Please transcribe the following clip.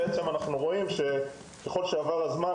אנחנו רואים שככול שעובר הזמן,